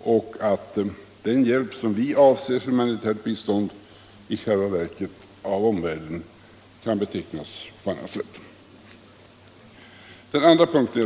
och att den hjälp som vi avser vara humanitärt bistånd i själva verket av omvärlden betecknas som någonting annat. Jag yrkar bifall till reservationen 7.